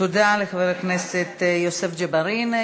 תודה לחבר הכנסת יוסף ג'בארין.